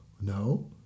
No